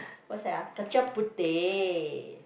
what's that ah kacang puteh